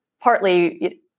partly